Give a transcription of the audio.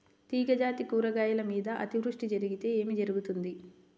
తీగజాతి కూరగాయల మీద అతివృష్టి జరిగితే ఏమి జరుగుతుంది?